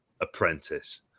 apprentice